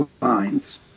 lines